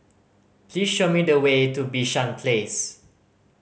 please show me the way to Bishan Place